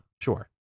Sure